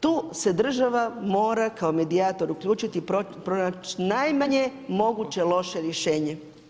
Tu se država kao medijator uključiti i pronaći najmanje moguće loše rješenje.